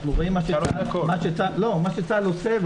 אנחנו רואים מה שצה"ל עושה -- צה"ל עושה הכול.